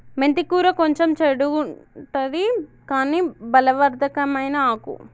మెంతి కూర కొంచెం చెడుగుంటది కని బలవర్ధకమైన ఆకు